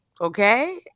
Okay